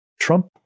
Trump